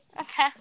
Okay